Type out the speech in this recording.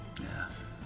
Yes